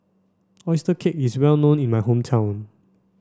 oyster cake is well known in my hometown